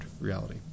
reality